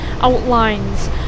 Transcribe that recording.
outlines